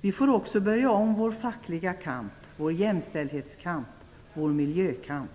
Vi får också börja om med vår fackliga kamp, vår jämställdhetskamp, vår miljökamp.